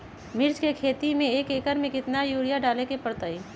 मिर्च के खेती में एक एकर में कितना यूरिया डाले के परतई?